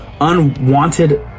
unwanted